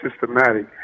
systematic